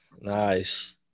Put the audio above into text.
Nice